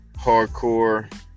Hardcore